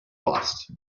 last